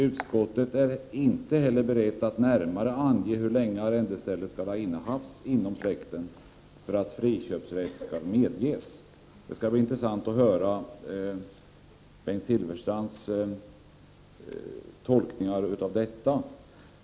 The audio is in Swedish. Utskottet är inte heller berett att närmare ange hur länge arrendestället skall ha innehafts inom släkten för att friköpsrätt skall medges.” Det skall bli intressant att höra Bengt Silfverstrands förklaringar av detta.